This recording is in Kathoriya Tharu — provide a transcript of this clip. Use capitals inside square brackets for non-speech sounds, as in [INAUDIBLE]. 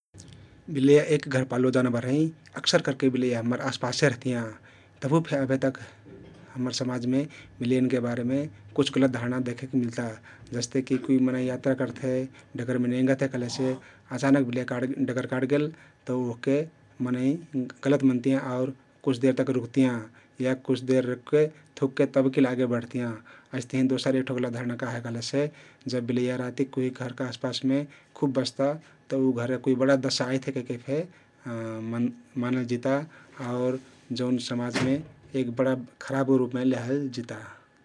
बिलइया एक घरपालुवा जानबर हँइ । अक्सर करके बिलइया हम्मर आसपासे रहतियाँ । तभुफे अभेतक हम्मर समाजमे बिलइयानके बारेमे कुछ गलत धारण देखेक मिल्ता । जस्ते कि कुइ मनै यात्रा करथे डगरमे नेङ्गथे कहलेसे अचानक बिलइया काटगेल, डगर काटगेल तउ ओहके मनै गलत मनतियाँ आउर कुछ देरतक रुक्तियाँ या कुछ देर रुकके थुकके तब केल आगे बढतियाँ । अइस्तहिं दोसर एक ठो गलत धारना का हे कहलेसे जा बिलइया रातिक कुहिक घरके आसपासमे खुब बस्ता तउ उ घरे कुइ बडा दशा आइथे कहिके फे [HESITATION] मन मनलजिता आउर जउन समाजमे एक बडा खराब रुपमे लेहलजिता ।